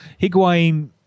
Higuain